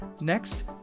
Next